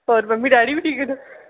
होर mummy daddy बी ठीक न